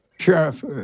Sheriff